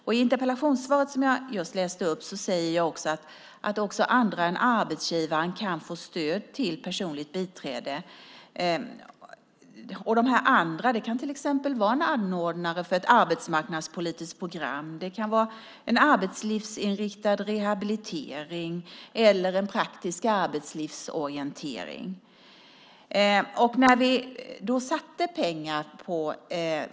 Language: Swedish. I interpellationssvaret som jag har läst upp står det att också andra än arbetsgivaren kan få stöd till personligt biträde. Dessa andra kan till exempel vara en anordnare för ett arbetsmarknadspolitiskt program. Det kan vara en arbetslivsinriktad rehabilitering eller en praktisk arbetslivsorientering.